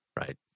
right